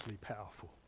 powerful